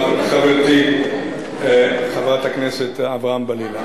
חברתי חברת הכנסת אברהם-בלילא,